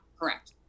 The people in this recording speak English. correct